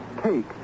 cake